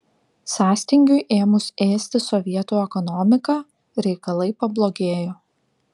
sąstingiui ėmus ėsti sovietų ekonomiką reikalai pablogėjo